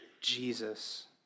Jesus